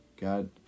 God